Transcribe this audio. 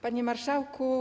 Panie Marszałku!